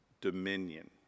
dominion